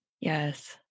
Yes